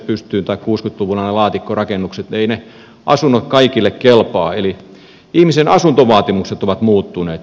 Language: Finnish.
eivät ne asunnot kaikille kelpaa eli ihmisen asuntovaatimukset ovat muuttuneet